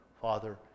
Father